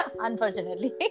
Unfortunately